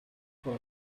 pour